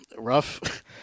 Rough